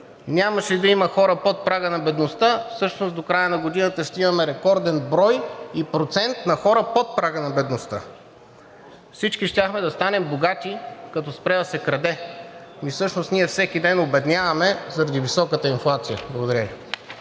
Нямаше да има хора под прага на бедността! Всъщност до края на годината ще имаме рекорден брой и процент на хора под прага на бедността. Всички щяхме да станем богати, като спре да се краде. Ние всеки ден обедняваме заради високата инфлация. Благодаря Ви.